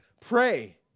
pray